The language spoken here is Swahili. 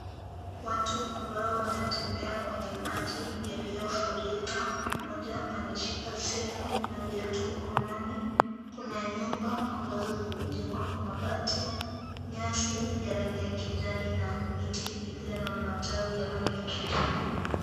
Watu ambao wanatembea kwenye maji yaliyofurika. Mmoja ameshika simu na viatu mkononi. Kuna nyumba ambazo zimejengwa kwa mabati. Nyasi ya rangi ya kijani na miti iliyo na matawi ya rangi ya kijani.